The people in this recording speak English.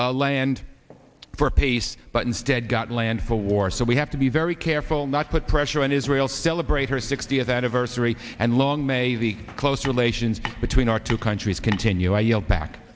a land for peace but instead got land for war so we have to be very careful not put pressure on israel celebrate her sixtieth anniversary and long may the close relations between our two countries continue i yield back